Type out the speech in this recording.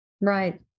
Right